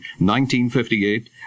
1958